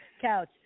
Couch